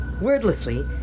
Wordlessly